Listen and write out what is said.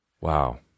Wow